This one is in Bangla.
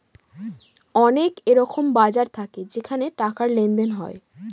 অনেক এরকম বাজার থাকে যেখানে টাকার লেনদেন হয়